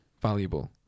valuable